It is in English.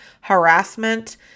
harassment